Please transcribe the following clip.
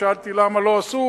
שאלתי, למה לא עשו?